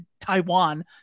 Taiwan